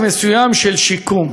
אפשר להחזיר לחברה,